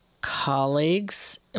colleagues